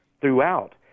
throughout